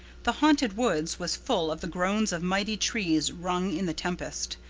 the haunted woods was full of the groans of mighty trees wrung in the tempest,